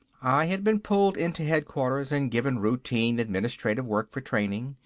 i had been pulled into headquarters and given routine administration work for training.